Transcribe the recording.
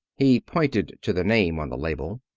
he pointed to the name on the label,